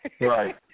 Right